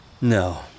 No